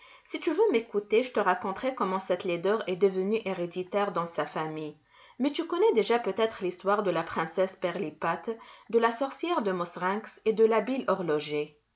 si tu veux m'écouter je te raconterai comment cette laideur est devenue héréditaire dans sa famille mais tu connais déjà peut-être l'histoire de la princesse pirlipat de la sorcière de mauserinks et de l'habile horloger